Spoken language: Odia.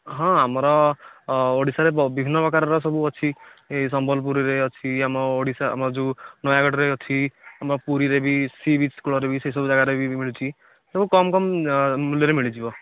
ହଁ ଆମର ଓଡ଼ିଶା ରେ ବ ବିଭିନ୍ନ ପ୍ରକାରର ସବୁ ଅଛି ସମ୍ବଲପୁର ରେ ଅଛି ଆମ ଓଡ଼ିଶା ଆମର ଯେଉଁ ନୟାଗଡ଼ ରେ ଅଛି ଆମ ପୁରୀ ରେ ବି ସି ବିଚ୍ କୂଳରେ ବି ସେସବୁ ଜାଗା ରେ ବି ମିଳୁଛି ସବୁ କମ୍ କମ୍ ମୂଲ୍ୟରେ ମିଳିଯିବ